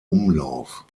umlauf